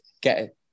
get